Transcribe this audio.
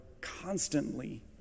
constantly